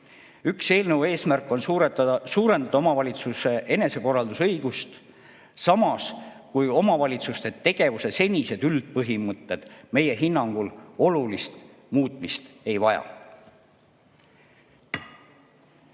Üks eelnõu eesmärk on suurendada omavalitsuse enesekorraldusõigust, samas kui omavalitsuste tegevuse senised üldpõhimõtted meie hinnangul olulist muutmist ei vaja.